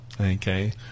Okay